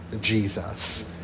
Jesus